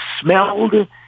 smelled